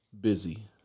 Busy